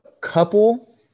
couple